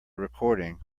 recording